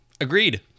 Agreed